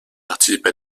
participe